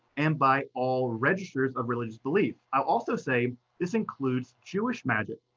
and by all registers of religious belief. i'll also say this includes jewish magic.